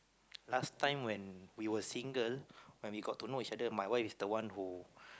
last time when we were single when we got to know each other my wife is the one who